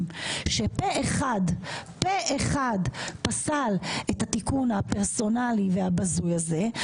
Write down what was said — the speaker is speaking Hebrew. שפה אחד פסל את התיקון הפרסונלי והבזוי הזה,